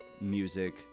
music